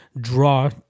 Draw